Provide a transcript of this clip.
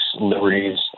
liberties